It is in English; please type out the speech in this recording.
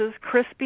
crispy